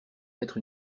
mettre